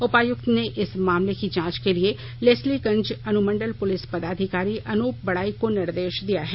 उपायुक्त ने इस मामले की जांच के लिए लेस्लीगंज अनुमंडल पुलिस पदाधिकारी अनूप बड़ाइक को निर्देश दिया है